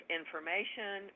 information